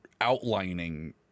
outlining